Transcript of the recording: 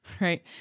Right